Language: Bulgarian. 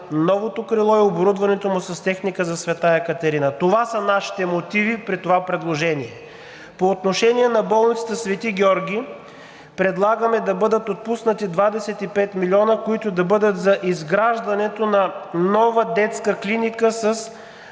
новото крило и оборудването му с техника за „Света Екатерина“. Това са нашите мотиви при това предложение. По отношение на болница „Свети Георги“ предлагаме да бъдат отпуснати 25 милиона, които да бъдат за изграждането на нова детска клиника за